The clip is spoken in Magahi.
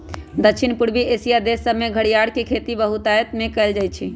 दक्षिण पूर्वी एशिया देश सभमें घरियार के खेती बहुतायत में कएल जाइ छइ